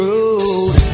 Road